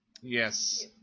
Yes